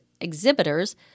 exhibitors